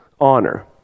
honor